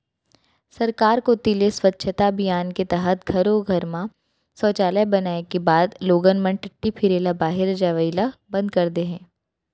सरकार कोती ले स्वच्छता अभियान के तहत घरो घर म सौचालय बनाए के बाद लोगन मन टट्टी फिरे ल बाहिर जवई ल बंद कर दे हें